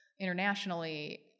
internationally